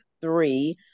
three